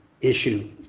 issue